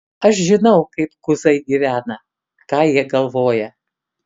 aš žinau kaip kuzai gyvena ką jie galvoja